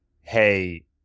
hey